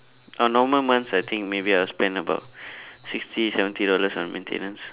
on normal months I think maybe I'll spend about sixty seventy dollars on maintenance